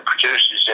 produces